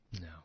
No